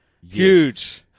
Huge